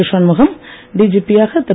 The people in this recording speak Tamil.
ஷண்முகம் டிஜிபி யாக திரு